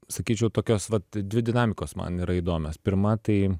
sakyčiau tokios vat dvi dinamikos man yra įdomios pirma tai